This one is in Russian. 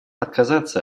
отказаться